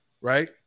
right